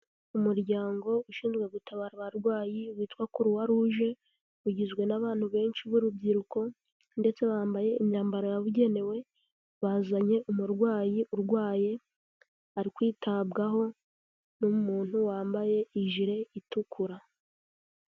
Umuryango ushinzwe gutabara abarwayi witwa Croix Rouge ugizwe n'abantu benshi b'urubyiruko ndetse bambaye imyambaro yabugenewe, bazanye umurwayi urwaye, ari kwitabwaho n'umuntu wambaye ijire itukura.